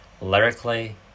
Lyrically